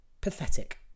Pathetic